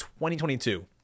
2022